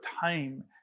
time